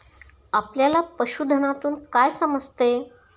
आपल्याला पशुधनातून काय समजते?